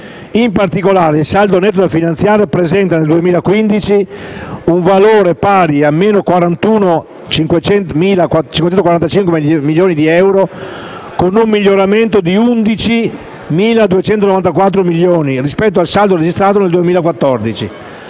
In particolare, il saldo netto da finanziare presenta nel 2015 un valore pari a meno 41.545 milioni di euro, con un miglioramento di 11.294 milioni rispetto al saldo registrato nel 2014,